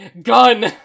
gun